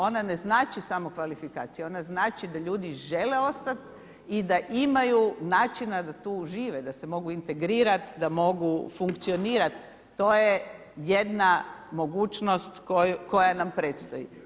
Ona ne znači samo kvalifikacije, ona znači da ljudi žele ostati i da imaju načina da tu žive, da se mogu integrirati, da mogu funkcionirati, to je jedna mogućnost koja nam predstoji.